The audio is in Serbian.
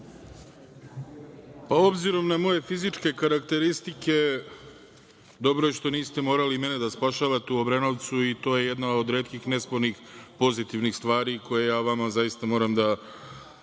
Obzirom na moje fizičke karakteristike, dobro je što niste morali mene da spašavate u Obrenovcu i to je jedan od retkih nespornih pozitivnih stvari koje ja vama zaista moram da